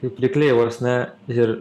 kaip rykliai vos ne ir